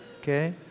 okay